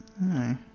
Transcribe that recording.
No